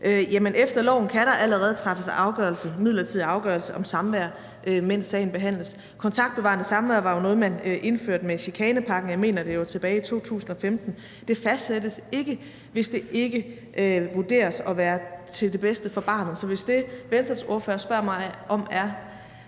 Efter loven kan der allerede træffes midlertidig afgørelse om samvær, mens sagen behandles. Kontaktbevarende samvær var jo noget, man indførte med chikanepakken – jeg mener, det var tilbage i 2015. Det fastsættes ikke, hvis det ikke vurderes at være det bedste for barnet. Så hvis det, spørgeren fra Venstre spørger mig om, er,